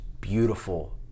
beautiful